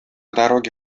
дороге